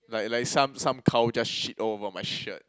like like some some cow just shit all over my shirt